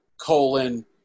colon